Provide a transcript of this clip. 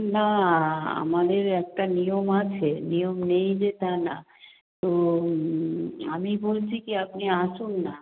না আমাদের একটা নিয়ম আছে নিয়ম নেই যে তা না তো আমি বলছি কি আপনি আসুন না